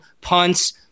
punts